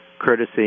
courtesy